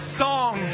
song